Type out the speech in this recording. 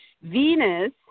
Venus